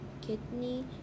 kidney